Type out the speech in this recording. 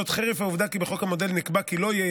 חרף העובדה כי בחוק המודל נקבע כי לא יהיה